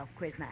Quizmaster